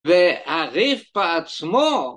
ועריף בעצמו